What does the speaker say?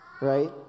right